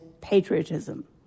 patriotism